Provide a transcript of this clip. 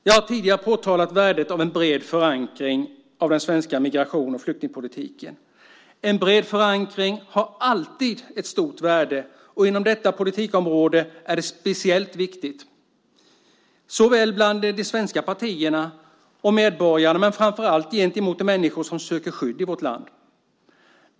Jag har tidigare påtalat värdet av en bred förankring av den svenska migrations och flyktingpolitiken. En bred förankring har alltid ett stort värde. Inom detta politikområde är det speciellt viktigt, både bland de svenska partierna och medborgarna och framför allt gentemot de människor som söker skydd i vårt land.